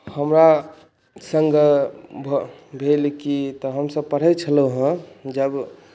हमरा सङ्ग भेल कि तऽ हम सभ पढ़ै छलहुँ जब